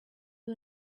you